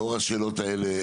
לאור השאלות האלה,